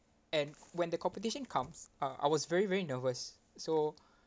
and when the competition comes uh I was very very nervous so